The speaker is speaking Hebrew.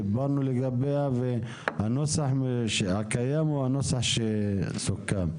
דיברנו עליה והנוסח הקיים הוא הנוסח שסוכם.